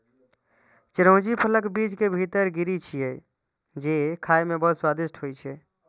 चिरौंजी फलक बीज के भीतर गिरी छियै, जे खाइ मे बहुत स्वादिष्ट होइ छै